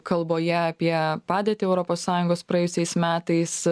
kalboje apie padėtį europos sąjungos praėjusiais metais